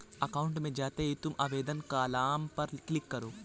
account में जाते ही तुम आवेदन कॉलम पर क्लिक करो